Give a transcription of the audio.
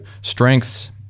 strengths